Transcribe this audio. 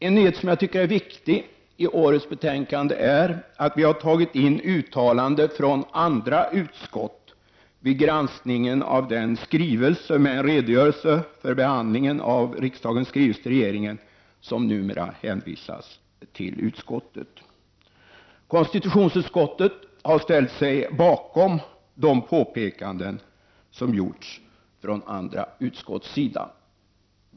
En nyhet, som jag tycker är viktig i årets granskningsbetänkande, är att vi har tagit in uttalanden från andra utskott vid granskningen av den skrivelse, med en redogörelse för behandlingen av riksdagens skrivelser till regeringen, som numera hänvisas till utskottet. Konstitutionsutskottet har ställt sig bakom de påpekanden som gjorts från andra utskott.